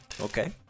Okay